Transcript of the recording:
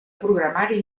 programari